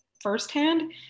firsthand